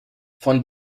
von